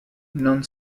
non